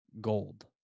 gold